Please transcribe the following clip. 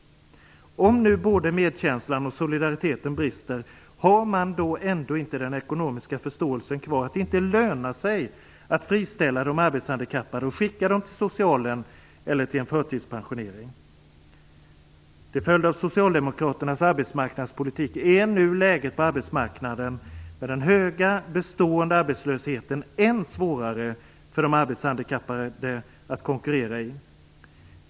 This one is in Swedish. Om nu både medkänslan och solidariteten brister, har man då ändå inte den ekonomiska förståelsen kvar så att man inser att det inte lönar sig att friställa de arbetshandikappade och skicka dem till socialen eller till en förtidspensionering? Till följd av Socialdemokraternas arbetsmarknadspolitik är det nu, med den höga, bestående arbetslösheten, än svårare för de arbetshandikappade att konkurrera på arbetsmarknaden.